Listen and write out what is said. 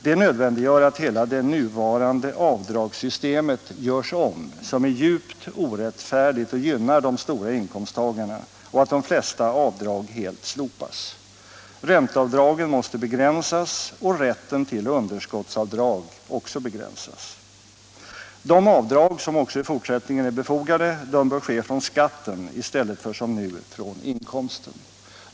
Det nödvändiggör att hela det nuvarande avdragssystemet, som är djupt orättfärdigt och gynnar de stora inkomsttagarna, läggs om och att de flesta avdrag helt slopas. Ränteavdragen och rätten till underskottsavdrag måste begränsas. De avdrag som också i fortsättningen är befogade bör ske från skatten i stället för som nu från inkomsten.